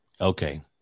okay